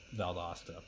Valdosta